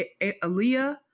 Aaliyah